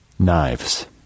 knives